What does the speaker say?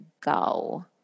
go